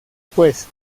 pues